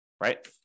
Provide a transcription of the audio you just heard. right